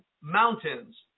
mountains